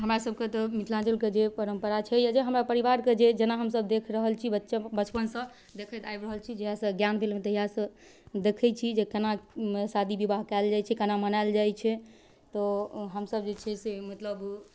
हमरा सबके तऽ मिथिलाञ्चलके जे परम्परा छै जे हमरा परिवारके जे जेना हमसब देखि रहल छी बच्चा बचपनसँ देखैत आबि रहल छी जहिआसँ ज्ञान भेल हँ तहिआसँ देखै छी जे कोना शादी विवाह कएल जाइ छै कोना मनाएल जाइ छै तऽ हमसब जे छै से मतलब